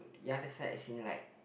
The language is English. ya that's I saying like